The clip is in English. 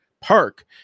Park